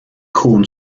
corn